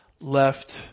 left